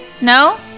No